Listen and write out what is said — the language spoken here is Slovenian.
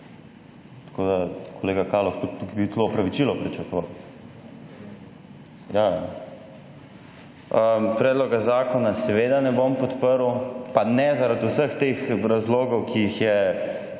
tako da, kolega Kaloh, tukaj bi celo opravičilo pričakoval. Predloga zakona seveda ne bom podprl. Pa ne zaradi vseh teh razlogov, ki jih je,